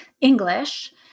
English